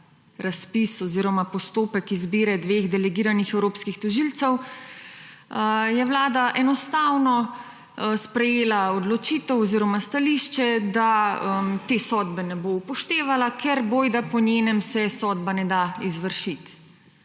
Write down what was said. razpis oziroma postopek izbire dveh delegiranih evropskih tožilcev, je vlada enostavno sprejela odločitev oziroma stališče, da te sodbe ne bo upoštevala, ker bojda, po njenem, se sodba ne da izvršiti.